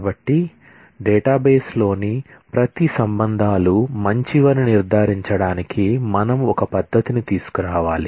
కాబట్టి డేటాబేస్లోని ప్రతి సంబంధాలు మంచివని నిర్ధారించడానికి మనం ఒక పద్దతిని తీసుకురావాలి